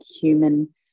human